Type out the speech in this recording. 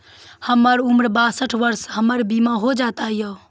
हमर उम्र बासठ वर्ष या हमर बीमा हो जाता यो?